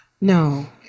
no